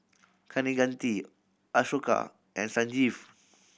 Kaneganti Ashoka and Sanjeev